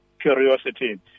curiosity